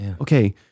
Okay